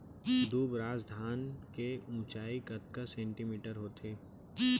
दुबराज धान के ऊँचाई कतका सेमी होथे?